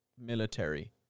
military